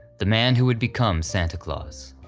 the man who would become santa claus.